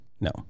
No